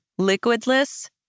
liquidless